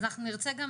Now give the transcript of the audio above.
אז אנחנו נרצה גם